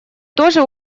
тоже